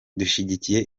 dushyigikiye